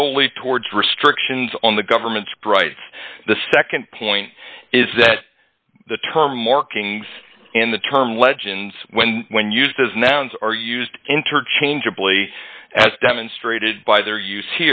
solely towards restrictions on the government's brights the nd point is that the term markings in the term legends when when used as nouns are used interchangeably as demonstrated by their use